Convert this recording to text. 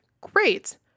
great